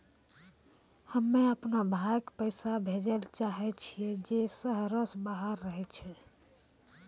हम्मे अपनो भाय के पैसा भेजै ले चाहै छियै जे शहरो से बाहर रहै छै